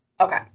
Okay